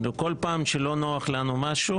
בכל פעם שלא נוח לנו משהו